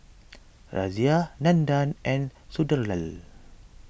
Razia Nandan and Sunderlal